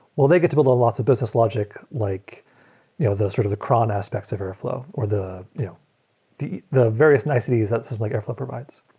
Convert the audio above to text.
well, they get to build lots of business logic like you know the sort of the cron aspects of airflow or the yeah the various niceties that like airflow provides